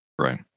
Right